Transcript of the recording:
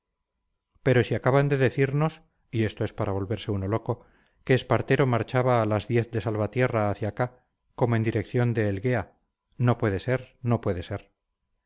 pero si acaban de decirnos y esto es para volverse uno loco que espartero marchaba a las diez de salvatierra hacia acá como en dirección de elguea no puede ser no puede ser